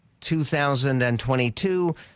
2022